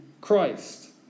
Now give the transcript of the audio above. Christ